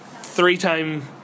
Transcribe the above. three-time